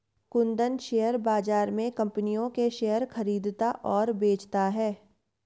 Kundan share बाज़ार में कम्पनियों के शेयर खरीदता और बेचता रहता है